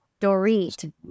dorit